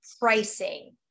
pricing